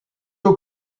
aux